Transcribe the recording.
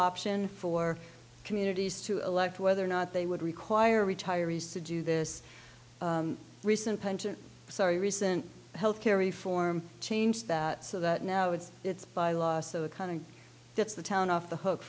option for communities to elect whether or not they would require retirees to do this recent pension sorry recent health care reform change that so that now it's it's by law so it kind of gets the town off the hook